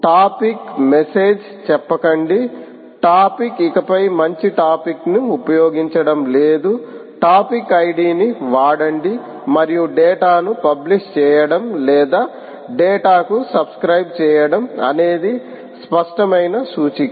topic message చెప్పకండి topic ఇకపై మంచి టాపిక్ని ఉపయోగించడం లేదు టాపిక్ ఐడిని వాడండి మరియు డేటా ను పబ్లిష్ చేయడం లేదా డేటా కు సబ్స్క్రైబ్ చేయడం అనేది స్పష్టమైన సూచిక